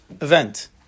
event